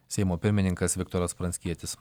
seimo pirmininkas viktoras pranckietis